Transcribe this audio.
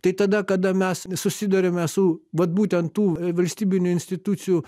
tai tada kada mes susiduriame su vat būtent tų valstybinių institucijų